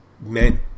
Meant